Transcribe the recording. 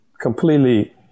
Completely